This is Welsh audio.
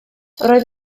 roedd